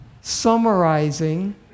summarizing